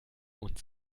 und